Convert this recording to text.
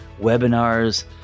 webinars